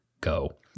go